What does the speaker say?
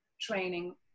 training